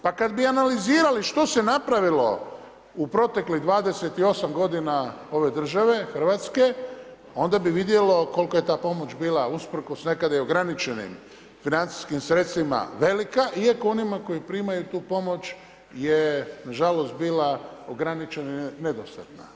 Pa kad bi analizirali što se napravilo u proteklih 28 godina ove države Hrvatske, onda bi vidjelo koliko je ta pomoć bila usprkos nekad i ograničenim financijskim sredstvima velika, iako onima koji primaju tu pomoć je nažalost bila ograničena i nedostatna.